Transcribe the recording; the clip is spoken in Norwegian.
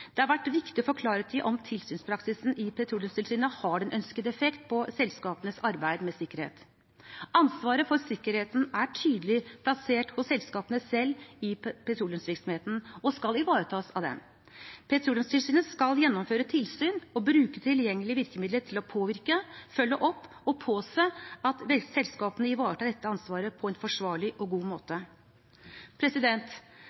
Det har vært viktig å få klarhet i om tilsynspraksisen i Petroleumstilsynet har den ønskede effekt på selskapenes arbeid med sikkerhet. Ansvaret for sikkerheten er tydelig plassert hos selskapene selv i petroleumsvirksomheten og skal ivaretas av dem. Petroleumstilsynet skal gjennomføre tilsyn og bruke tilgjengelige virkemidler til å påvirke, følge opp og påse at selskapene ivaretar dette ansvaret på en forsvarlig og god